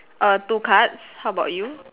err two cards how about you